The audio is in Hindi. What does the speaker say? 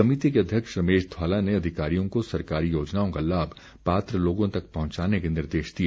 समिति के अध्यक्ष रमेश ध्वाला ने अधिकारियों को सरकारी योजनाओं का लाभ पात्र लोगों तक पहुंचाने के निर्देश दिए